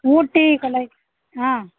ஊட்டி Kodai ஆ